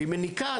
היא מניקה,